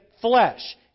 flesh